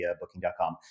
Booking.com